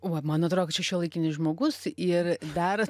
uo man atro kad čia šiuolaikinis žmogus ir dar